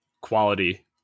Quality